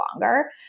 longer